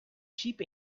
sheep